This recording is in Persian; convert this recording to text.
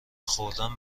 خوردن